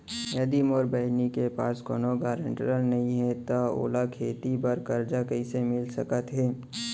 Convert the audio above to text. यदि मोर बहिनी के पास कोनो गरेंटेटर नई हे त ओला खेती बर कर्जा कईसे मिल सकत हे?